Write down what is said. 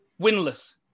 winless